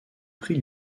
prix